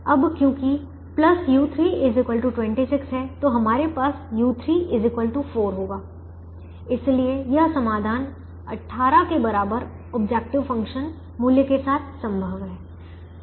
अब क्योंकि u3 26 है तो हमारे पास u3 4 होगा इसलिए यह समाधान 18 के बराबर ऑब्जेक्टिव फंक्शन मूल्य के साथ संभव है